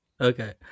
Okay